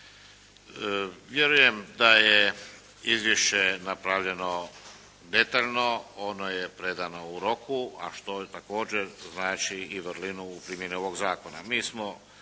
Vjerujem da je izvješće napravljeno detaljno, ono je predano u roku, a što također znači i vrlinu u primjeni ovog zakona.